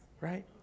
right